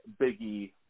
Biggie